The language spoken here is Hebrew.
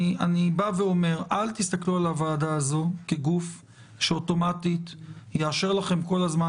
אני אומר אל תסתכלו על הוועדה הזאת כגוף שאוטומטית יאשר לכם כל הזמן